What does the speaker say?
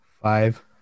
Five